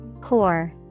Core